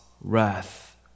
wrath